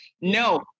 no